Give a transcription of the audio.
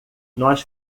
nós